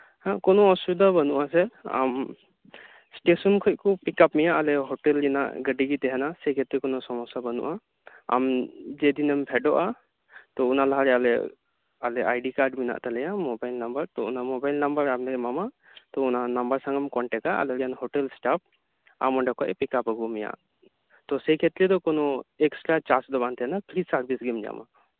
ᱦᱮᱸ ᱠᱳᱱᱳ ᱚᱥᱩᱵᱤᱫᱷᱟ ᱵᱟᱹᱱᱩᱜ ᱟᱥᱮ ᱟᱢ ᱮᱥᱴᱮᱥᱚᱱ ᱠᱷᱚᱡ ᱠᱚ ᱯᱤᱠᱟᱯ ᱢᱮᱭᱟ ᱟᱞᱮ ᱦᱳᱴᱮᱞ ᱨᱮᱱᱟᱜ ᱜᱟᱹᱰᱤ ᱜᱮ ᱛᱟᱸᱦᱮᱱᱟ ᱥᱮ ᱠᱷᱮᱛᱨᱮ ᱠᱳᱱᱳ ᱥᱚᱢᱚᱥᱥᱟ ᱵᱟᱹᱱᱩᱜᱼᱟ ᱟᱢ ᱡᱮᱫᱤᱱ ᱮᱢ ᱯᱷᱮᱰᱚᱜᱼᱟ ᱛᱳ ᱚᱱᱟ ᱞᱟᱦᱟᱨᱮ ᱟᱞᱮ ᱟᱭᱰᱤ ᱠᱟᱨᱰ ᱢᱮᱱᱟᱜ ᱛᱟᱞᱮᱭᱟ ᱢᱳᱵᱟᱭᱤᱞ ᱱᱟᱢᱵᱟᱨ ᱛᱳ ᱚᱱᱟ ᱢᱳᱵᱟᱭᱤᱞ ᱱᱟᱢᱵᱟᱨ ᱟᱢᱞᱮ ᱮᱢᱟᱢᱟ ᱛᱳ ᱚᱱᱟ ᱱᱟᱢᱵᱟᱨ ᱥᱟᱶ ᱮᱢ ᱠᱳᱱᱴᱮᱠᱴᱼᱟ ᱟᱞᱮᱨᱮᱱ ᱦᱳᱴᱮᱞ ᱤᱥᱴᱟᱯ ᱟᱢ ᱚᱱᱰᱮ ᱠᱷᱚᱱ ᱯᱤᱠᱟᱯ ᱟᱹᱜᱩ ᱢᱮᱭᱟ ᱛᱳ ᱥᱮᱠᱷᱮᱛᱨᱮ ᱫᱚ ᱠᱳᱱᱳ ᱮᱠᱥᱴᱮᱨᱟ ᱪᱟᱨᱡ ᱫᱚ ᱵᱟᱝ ᱛᱟᱸᱦᱮᱱᱟ ᱯᱷᱤᱨᱤ ᱥᱟᱨᱵᱷᱤᱥ ᱜᱮᱢ ᱧᱟᱢᱟ